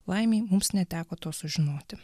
laimei mums neteko to sužinoti